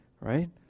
right